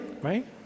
right